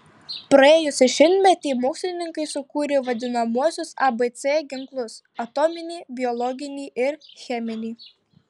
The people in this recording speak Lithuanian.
praėjusį šimtmetį mokslininkai sukūrė vadinamuosius abc ginklus atominį biologinį ir cheminį